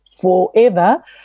forever